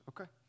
okay